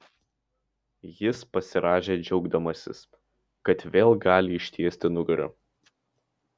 jis pasirąžė džiaugdamasis kad vėl gali ištiesti nugarą